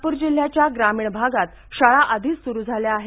नागपूर जिल्ह्याच्या ग्रामीण भागात शाळा आधीच सुरू झाल्या आहेत